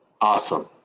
Awesome